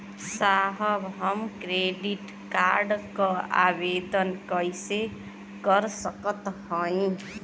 साहब हम credit card क आवेदन कइसे कर सकत हई?